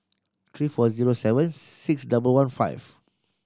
three four zero seven six double one five